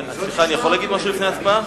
סליחה, אני יכול להגיד משהו לפני ההצבעה?